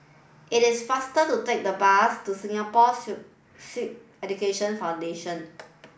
it is faster to take the bus to Singapore Sikh Education Foundation